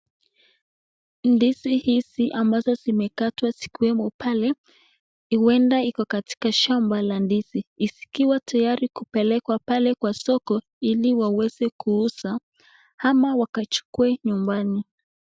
ndizi hizi ambazo zimekatwa sikuwemo pale iwenda iko katika shamba la ndizi isikiwa tayari kupelekwa pale kwa soko ili waweze kuuza hama wakachukue nyumbani.